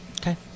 Okay